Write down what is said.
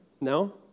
No